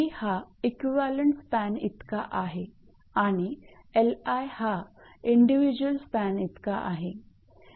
𝐿𝑒 हा equivalent span इतका आहे आणि 𝐿𝑖 हा इंडिव्हिज्युअल स्पॅन इतका आहे